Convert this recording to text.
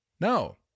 No